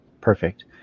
perfect